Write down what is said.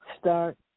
start